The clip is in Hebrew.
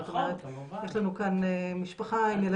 זאת אומרת יש לנו כאן משפחה עם ילדים.